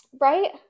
right